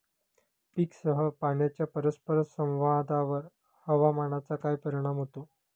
पीकसह पाण्याच्या परस्पर संवादावर हवामानाचा काय परिणाम होतो?